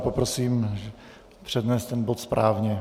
Poprosím, přednést ten bod správně.